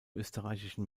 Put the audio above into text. österreichischen